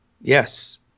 Yes